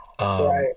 Right